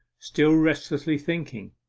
still restlessly thinking.